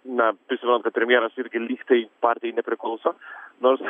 na žinot kad premjeras irgi lyg tai partijai nepriklauso nors